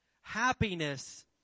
Happiness